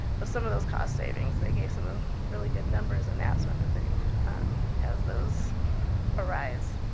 but some of those cost savings, they gave some really good numbers and that sort of thing as those arise.